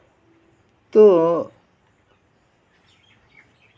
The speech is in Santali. ᱛᱳ